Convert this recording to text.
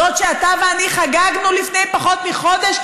זאת שאתה ואני חגגנו לפני פחות מחודש,